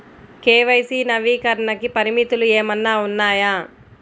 KYC నవీకరణకి పరిమితులు ఏమన్నా ఉన్నాయా?